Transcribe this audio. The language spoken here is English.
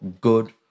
good